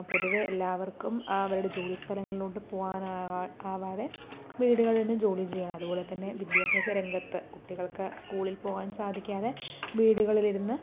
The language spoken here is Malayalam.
പൊതുവേ എല്ലവർക്കും അവരുടെ ജോലി സ്ഥലങ്ങളിലോട്ട് പോകാനാകാതെ വീടുകളിൽ നിന്നും ജോലി ചെയ്യുകയാണ് അതുപോലതന്നെ വിദ്യാഭ്യാസ രംഗത്ത് കുട്ടികൾക്ക് സ്കൂളിൽ പോകാൻ സാധിക്കാതെ വീടുകളിലിരുന്ന്